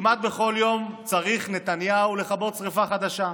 כמעט בכל יום צריך נתניהו לכבות שרפה חדשה.